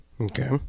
Okay